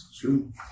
true